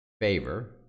favor